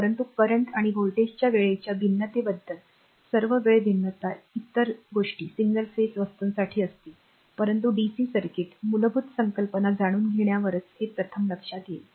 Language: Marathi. परंतु current आणि व्होल्टेजच्या वेळेच्या भिन्नतेबद्दल सर्व वेळ भिन्नता इतर गोष्टी सिंगल फेज वस्तूसाठी असतील परंतु डीसी सर्किट मूलभूत संकल्पना जाणून घेण्यावरच हे प्रथम लक्षात येईल